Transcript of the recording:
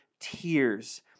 tears